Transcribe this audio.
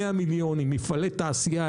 מאה מיליון עם מפעלי תעשייה,